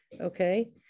okay